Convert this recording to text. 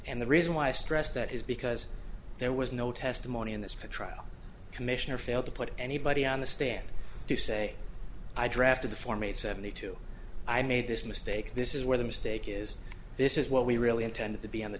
and the reason why i stress that is because there was no testimony in this for trial commissioner failed to put anybody on the stand to say i drafted the form eight seventy two i made this mistake this is where the mistake is this is what we really intended to be on the